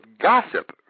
gossip